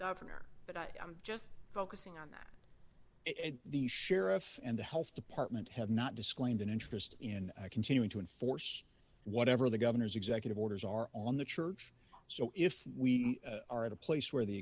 governor but i'm just focusing on it the sheriff and the health department have not disclaimed an interest in continuing to enforce whatever the governor's executive orders are on the church so if we are at a place where the